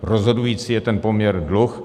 Rozhodující je ten poměr dluh a HDP.